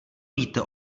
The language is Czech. víte